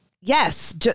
Yes